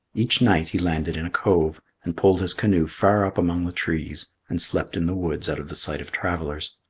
each night he landed in a cove, and pulled his canoe far up among the trees, and slept in the woods out of the sight of travellers.